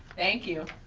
thank you.